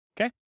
Okay